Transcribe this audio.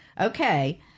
okay